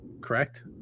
correct